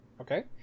Okay